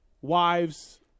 wives